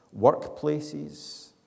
workplaces